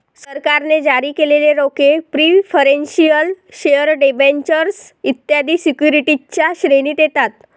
सरकारने जारी केलेले रोखे प्रिफरेंशियल शेअर डिबेंचर्स इत्यादी सिक्युरिटीजच्या श्रेणीत येतात